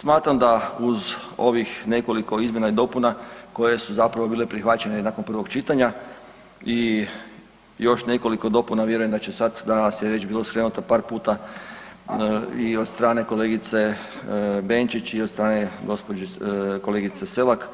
Smatram da uz ovih nekoliko izmjena i dopuna koje su zapravo bile prihvaćene i nakon prvog čitanja i još nekoliko dopuna vjerujem da će sad, danas je već bilo skrenuto par puta i od strane kolegice Benčić i od strane kolegice Selak